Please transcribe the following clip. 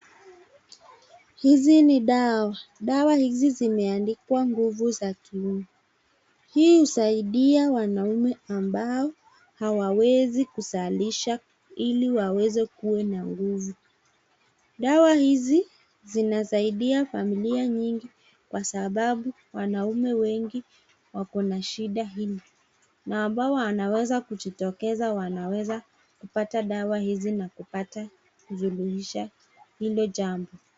Hizi ni dawa. Dawa hizi zimeandikwa nguvu za kiume. Hii husaidia wanaume ambao hawawezi kuzaliisha ili waweze kuwa na nguvu. Dawa hizi zinasaidia familia nyingi kwa sababu wanaume wengi wako na shida hili na ambao wanaweza kujitokeza wanaweza kupata dawa hizi na kupata kusuluhisha hili jambo.